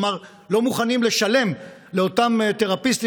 כלומר לא מוכנות לשלם לאותם תרפיסטים